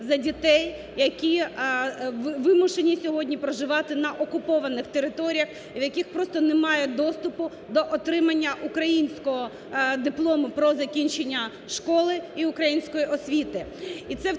за дітей, які вимушені сьогодні проживати на окупованих територіях і в яких просто немає доступу до отримання українського диплому про закінчення школи і української освіти.